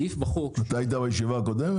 אתה היית בישיבה הקודמת?